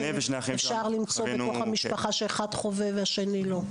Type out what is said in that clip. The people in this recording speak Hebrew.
או שאפשר למצוא בתוך המשפחה שאחד חווה והשני לא?